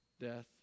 death